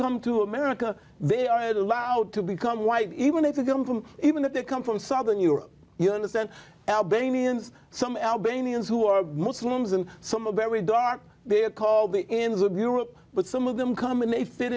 come to america they are allowed to become white even if they come from even if they come from southern europe you understand albanians some albanians who are muslims and some a very dark they're called the ins of europe but some of them come and they fit